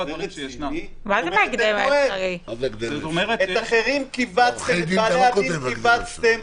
את האחרים כיווצתם, את בעלי הדין כיווצתם